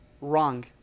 wrong